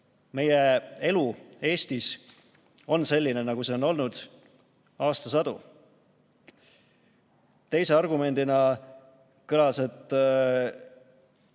meie elu Eestis on selline, nagu see on olnud aastasadu. Teise argumendina kõlas, et